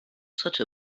such